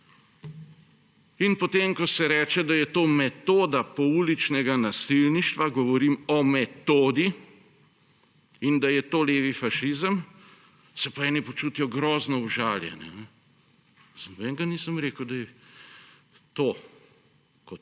In potem, ko se reče, da je to metoda pouličnega nasilništva, govorim o metodi, in da je to levi fašizem, se pa eni počutijo grozno užaljene. Za nobenega nisem rekel, da je to kot